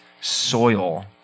soil